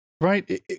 Right